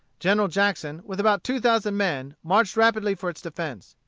general jackson, with about two thousand men, marched rapidly for its defence.